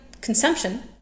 consumption